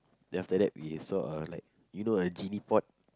then after that we saw a like you know a genie pot